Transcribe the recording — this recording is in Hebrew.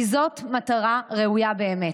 כי זאת מטרה ראויה באמת.